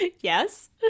yes